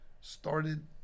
started